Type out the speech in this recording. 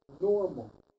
normal